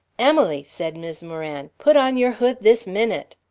emily, said mis' moran, put on your hood this minute.